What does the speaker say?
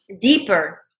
deeper